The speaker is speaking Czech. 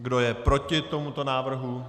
Kdo je proti tomuto návrhu?